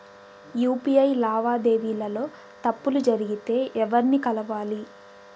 UPI లావాదేవీల లో తప్పులు జరిగితే ఎవర్ని కలవాలి?